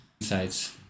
insights